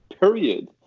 period